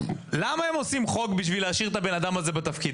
למה הם עושים חוק בשביל להשאיר את הבן אדם הזה בתפקיד?